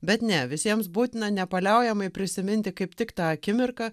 bet ne visiems būtina nepaliaujamai prisiminti kaip tik tą akimirką